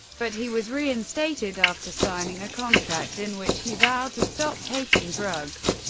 but he was reinstated after signing a contract in which he vowed to stop taking drugs.